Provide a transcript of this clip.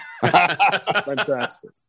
Fantastic